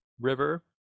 river